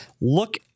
look